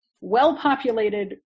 well-populated